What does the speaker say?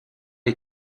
est